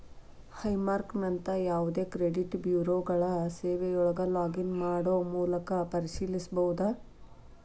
high ಮಾರ್ಕ್ನಂತ ಯಾವದೇ credit ಬ್ಯೂರೋಗಳ ಸೇವೆಯೊಳಗ ಲಾಗ್ ಇನ್ ಮಾಡೊ ಮೂಲಕ ಪರಿಶೇಲಿಸಬೋದ